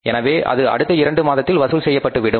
எனவே அது அடுத்த இரண்டு மாதத்தில் வசூல் செய்யப்பட்டுவிடும்